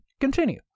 Continue